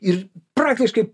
ir praktiškai